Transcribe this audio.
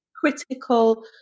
critical